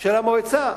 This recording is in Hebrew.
של המועצה,